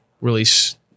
release